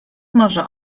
może